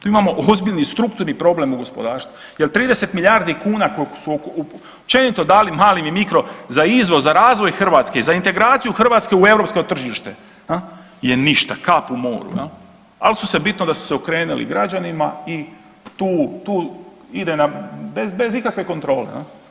Tu imamo ozbiljni strukturni problem u gospodarstvu jel 30 milijardi kuna koliko su općenito dali malim i mikro za izvoz, za razvoj Hrvatske, za integraciju Hrvatske u europsko tržište je ništa, kap u moru, ali bitno da su se okrenuli građanima i tu ide bez ikakve kontrole.